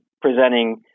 presenting